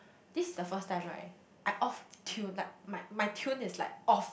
this is the first time right I'm off tune like my my tune is like off